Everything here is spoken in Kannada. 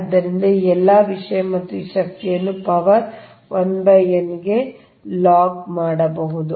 ಆದ್ದರಿಂದ ಈ ಎಲ್ಲಾ ವಿಷಯ ಮತ್ತು ಈ ಶಕ್ತಿಯನ್ನು ಪವರ್ 1 n ಗೆ ಲಾಗ್ ಮಾಡಿ